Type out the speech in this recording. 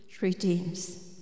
redeems